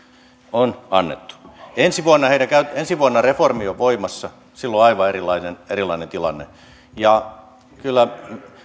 on annettu ensi vuonna reformi on voimassa silloin on aivan erilainen erilainen tilanne ja kyllä